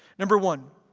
number one,